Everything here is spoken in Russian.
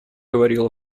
говорил